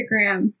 Instagram